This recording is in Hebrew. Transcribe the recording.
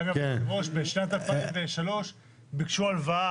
אגב, יושב הראש, בשנת 2003 ביקשו הלוואה.